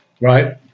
right